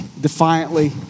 defiantly